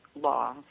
law